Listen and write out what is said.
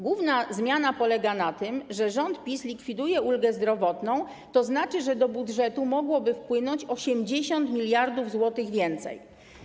Główna zmiana polega na tym, że rząd PiS likwiduje ulgę zdrowotną, to znaczy, że do budżetu mogłoby wpłynąć 80 mld zł więcej.